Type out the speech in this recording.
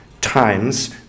times